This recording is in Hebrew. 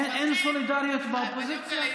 אין סולידריות באופוזיציה?